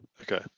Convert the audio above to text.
Okay